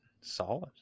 solid